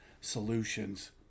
solutions